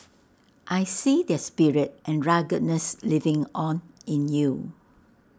I see their spirit and ruggedness living on in you